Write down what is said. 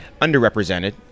Underrepresented